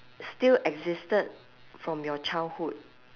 still existed from your childhood